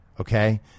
okay